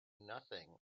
nothing